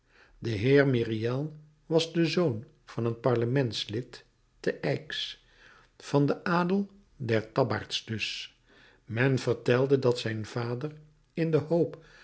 de heer myriel was de zoon van een parlementslid te aix van den adel des tabbaards dus men vertelde dat zijn vader in de hoop